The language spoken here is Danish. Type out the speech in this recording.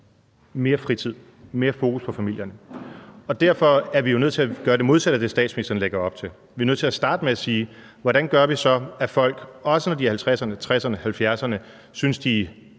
mere fritid og mere fokus på familien. Derfor er vi jo nødt til at gøre det modsatte af det, statsministeren lægger op til. Vi er nødt til at starte med at sige: Hvordan gør vi, så folk, også når de er i 50'erne, 60'erne og 70'erne, synes, at